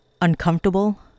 uncomfortable